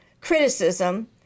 criticism